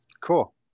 Cool